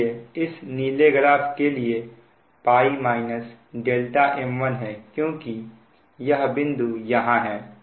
इसलिए इस नीले ग्राफ के लिए π - m1 है क्योंकि यह बिंदु यहां है